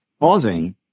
pausing